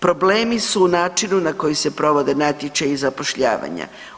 Problemi su u načinu na koji se provode natječaji zapošljavanja.